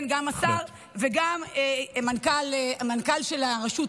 כן, גם השר וגם המנכ"ל של הרשות,